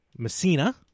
Messina